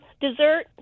dessert